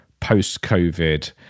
post-COVID